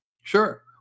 Sure